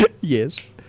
Yes